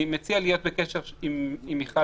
אני מציע להיות בקשר עם מיכל.